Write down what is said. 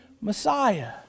Messiah